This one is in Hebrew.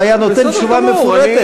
הוא היה נותן תשובה מפורטת.